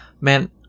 Man